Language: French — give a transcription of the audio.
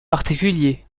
particulier